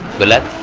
the lead